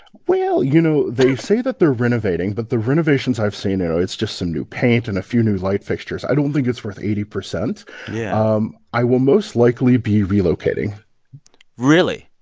well, you know, they say that they're renovating, but the renovations i've seen you know, it's just some new paint and a few new light fixtures. i don't think it's worth eighty percent yeah um i will most likely be relocating really?